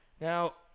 Now